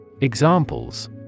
Examples